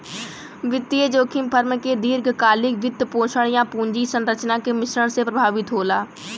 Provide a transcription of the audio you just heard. वित्तीय जोखिम फर्म के दीर्घकालिक वित्तपोषण, या पूंजी संरचना के मिश्रण से प्रभावित होला